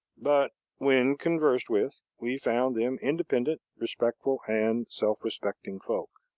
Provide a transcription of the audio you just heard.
but, when conversed with, we found them independent, respectful, and self-respecting folk.